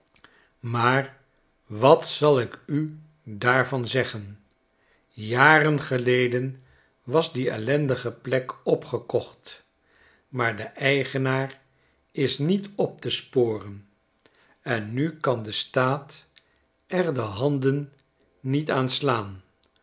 maar wat zal ik u daarvan zeggen jaren geleden was die ellendige plek opgekocht maar de eigenaar is niet op te sporen en nu kan de staat er de handen niet